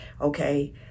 okay